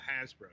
Hasbro